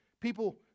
people